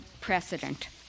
precedent